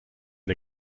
der